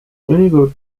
mõnikord